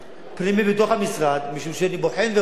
פנימית בתוך המשרד, משום שאני בוחן ורואה,